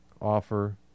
offer